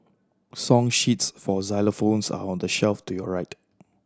song sheets for xylophones are on the shelf to your right